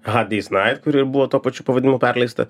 hard days night kuri buvo tuo pačiu pavadinimu perleista